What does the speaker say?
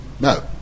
no